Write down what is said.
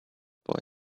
boy